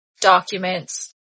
documents